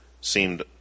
seemed